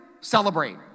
Celebrate